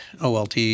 OLT